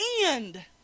end